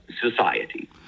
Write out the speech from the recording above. society